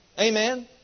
Amen